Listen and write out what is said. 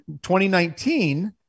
2019